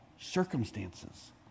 circumstances